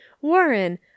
Warren